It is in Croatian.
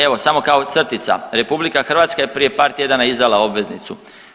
Evo samo kao crtica, RH je prije par tjedana izdala obveznicu.